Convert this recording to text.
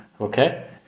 Okay